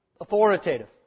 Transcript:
authoritative